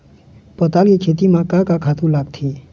पताल के खेती म का का खातू लागथे?